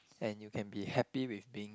and you can be happy with being